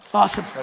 awesome.